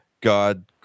God